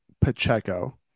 Pacheco